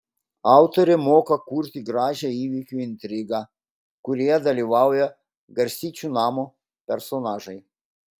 autorė moka kurti gražią įvykio intrigą kurioje dalyvauja garstyčių namo personažai